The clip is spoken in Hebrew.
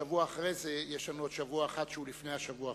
בשבוע שאחרי זה יש לנו עוד שבוע אחד שהוא לפני האחרון.